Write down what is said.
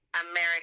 American